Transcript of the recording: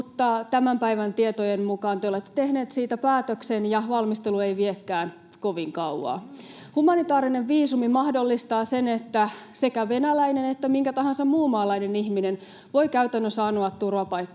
tämän päivän tietojen mukaan te olette tehneet siitä päätöksen ja valmistelu ei viekään kovin kauaa. Humanitaarinen viisumi mahdollistaa sen, että sekä venäläinen että minkä tahansa muun maalainen ihminen voi käytännössä anoa turvapaikkaa